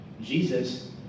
Jesus